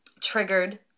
triggered